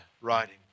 writing